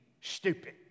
stupid